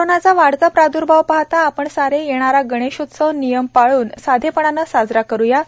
कोरोनाचा वाढता प्रादुर्भाव पाहता आपण सारे येणारा गणेशोत्सव नियम पाळून साधेपणाने साजरा करूयात